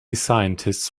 scientists